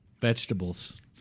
Vegetables